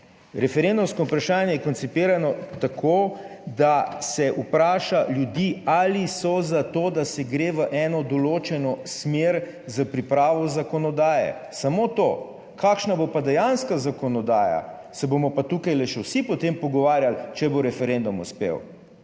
Referendumsko vprašanje je koncipirano tako, da se vpraša ljudi, ali so za to, da se gre v eno določeno smer s pripravo zakonodaje, samo to, kakšna bo pa dejanska zakonodaja, se bomo pa tukaj še vsi potem pogovarjali, če bo referendum uspel,